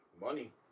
money